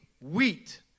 wheat